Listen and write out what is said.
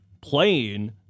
playing